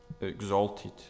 exalted